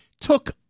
Took